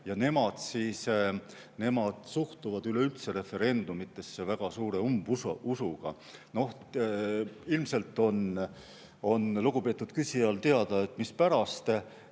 ei ole. Nemad suhtuvad üleüldse referendumitesse väga suure umbusuga. Ilmselt on lugupeetud küsijale teada, mispärast,